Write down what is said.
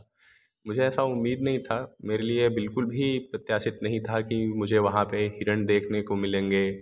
मुझे ऐसा उम्मीद नहीं था मेरे लिए बिल्कुल भी प्रत्याशित नहीं था की मुझे वहाँ पर हिरण देखने को मिलेंगे